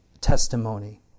testimony